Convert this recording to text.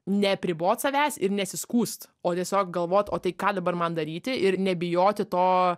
neapribot savęs ir nesiskųst o tiesiog galvot o tai ką dabar man daryti ir nebijoti to